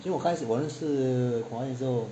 所以开始我认识之后